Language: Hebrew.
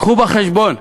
קחו בחשבון,